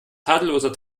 tadelloser